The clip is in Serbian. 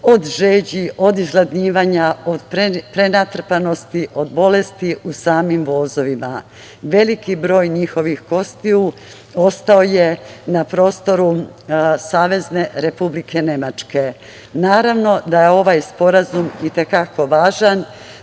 od žeći, od izgladnjivanja, od prenatrpanosti, od bolesti u samim vozovima. Veliki broj njihovih kostiju ostao je na prostoru Savezne Republike Nemačke. Naravno da je ovaj sporazum itekako važan